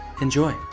Enjoy